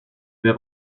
vais